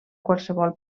qualsevol